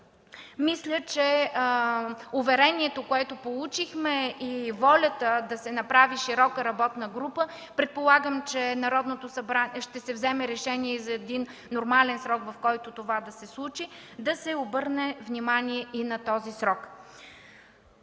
Мисля, че уверението, което получихме, и волята да се направи широка работна група, предполагам, че в Народното събрание ще се вземе решение за един нормален срок, в който това да се случи, да се обърне внимание и на този срок.